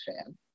fan